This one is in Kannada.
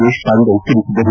ದೇಶಪಾಂಡೆ ತಿಳಿಸಿದರು